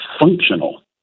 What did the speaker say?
functional